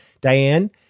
Diane